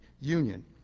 Union